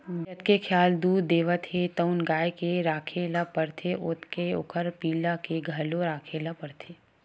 जतके खियाल दूद देवत हे तउन गाय के राखे ल परथे ओतके ओखर पिला के घलो राखे ल परथे